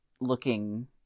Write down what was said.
looking